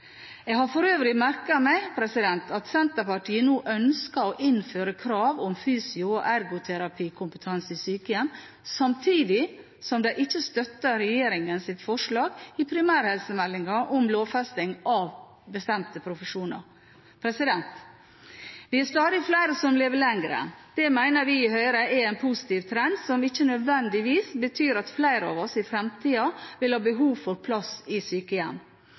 Jeg har for øvrig merket meg at Senterpartiet nå ønsker å innføre krav om fysioterapi- og ergoterapikompetanse i sykehjem, samtidig som de ikke støtter regjeringens forslag i primærhelsemeldingen om lovfesting av bestemte profesjoner. Vi er stadig flere som lever lenger. Det mener vi i Høyre er en positiv trend, som ikke nødvendigvis betyr at flere av oss i fremtiden vil ha behov for plass i sykehjem